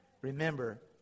Remember